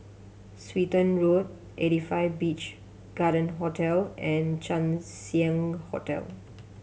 Swettenham Road Eighty Five Beach Garden Hotel and Chang Ziang Hotel